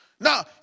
Now